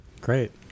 Great